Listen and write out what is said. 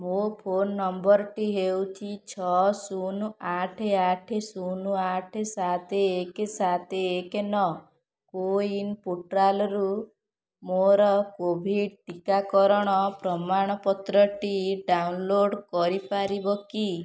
ମୋ phone number ଟି ହେଉଛି ଛଅ ଶୂନ ଆଠ ଆଠ ଶୂନ ଆଠ ସାତ ଏକ ସାତ ଏକ ନଅ କୋୱିନ୍ ପୋର୍ଟାଲ୍ରୁ ମୋର କୋଭିଡ଼୍ ଟିକାକରଣ ପ୍ରମାଣପତ୍ରଟି ଡାଉନଲୋଡ଼୍ କରି ପାରିବ କି